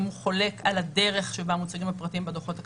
אם הוא חולק על הדרך בה מוצגים הפרטים בדוחות הכספיים,